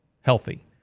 healthy